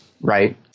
Right